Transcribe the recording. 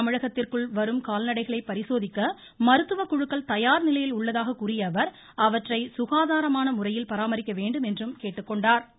தமிழகத்திற்குள் வரும் கால்நடைகளை பரிசோதிக்க மருத்துவக் குழுக்கள் தயார் நிலையில் உள்ளதாக கூறிய அவர் அவற்றை குகாதாரமான முறையில் பராமரிக்க வேண்டும் என்றும் கேட்டுக்கொண்டார் சி